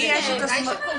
למי יש את הסמכות?